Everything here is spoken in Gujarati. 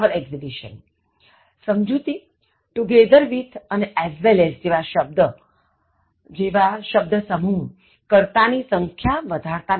સમજુતિ together with અને as well asજેવા શબ્દ સમૂહ કર્તા ની સંખ્યા વધારતા નથી